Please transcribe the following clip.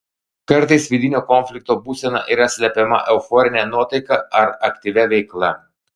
kartais vidinio konflikto būsena yra slepiama euforine nuotaika ar aktyvia veikla